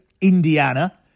Indiana